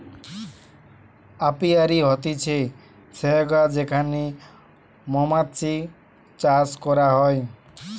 apiary হতিছে সেহগা যেখানে মৌমাতছি চাষ করা হয়